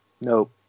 nope